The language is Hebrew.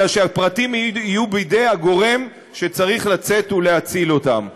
אלא שהפרטים יהיו בידי הגורם שצריך לצאת ולהציל אותם.